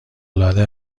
العاده